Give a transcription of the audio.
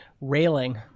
railing